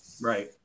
Right